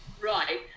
Right